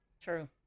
True